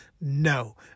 No